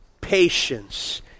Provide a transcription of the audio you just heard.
patience